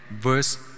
verse